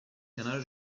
کنار